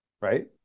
right